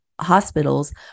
hospitals